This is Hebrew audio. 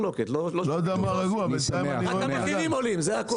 רק המחירים עולים, זה הכול.